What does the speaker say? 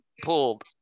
pulled